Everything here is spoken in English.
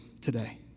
today